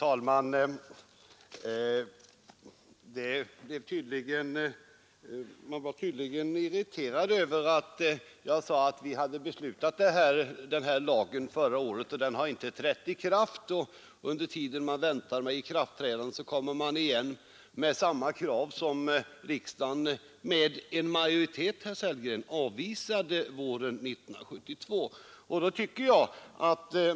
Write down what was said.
Herr talman! Man blev tydligen irriterad över att jag sade att vi fattade beslutet om lagen förra året och att den ännu inte trätt i kraft; och under tiden vi väntar på ikraftträdandet så kommer man igen med samma krav som riksdagen — med majoritet, herr Sellgren — avvisade våren 1972.